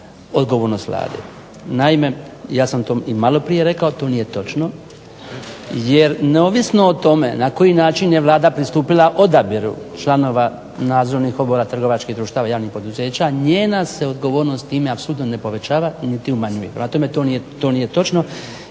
odgovornost Vlade. Naime, ja sam to i maloprije rekao, to nije točno jer neovisno o tome na koji način je Vlada pristupila odabiru članova nadzornih odbora trgovačkih društava javnih poduzeća, njena se odgovornost time apsolutno ne povećava niti umanjuje. Prema tome, to nije točno